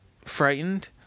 frightened